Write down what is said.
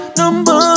number